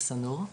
בשא-נור,